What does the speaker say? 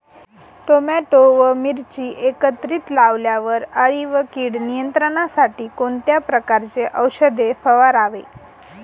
Tomato व मिरची एकत्रित लावल्यावर अळी व कीड नियंत्रणासाठी कोणत्या प्रकारचे औषध फवारावे?